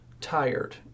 tired